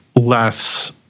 less